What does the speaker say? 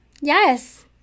Yes